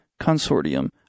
Consortium